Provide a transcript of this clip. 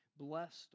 Blessed